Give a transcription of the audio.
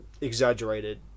Exaggerated